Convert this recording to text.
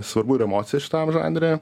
svarbu ir emocija šitam žanre